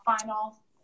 final